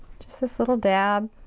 just this little dab.